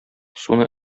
суны